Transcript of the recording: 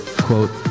quote